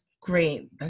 great